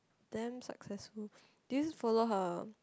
damn successful did you follow her